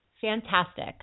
Fantastic